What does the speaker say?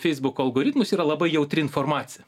feisbuko algoritmus yra labai jautri informacija